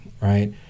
right